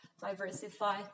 diversify